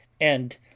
And